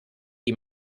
die